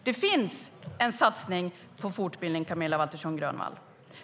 Det finns en satsning på fortbildning, Camilla Waltersson Grönvall.